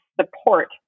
support